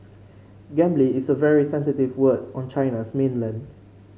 gambling is a very sensitive word on China's mainland